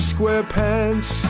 Squarepants